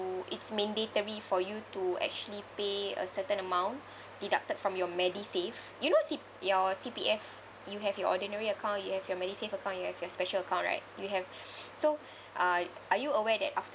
it's mandatory for you to actually pay a certain amount deducted from your MediSave you know C~ your C_P_F you have your ordinary account you have your MediSave account you have your special account right you have so uh are you aware that after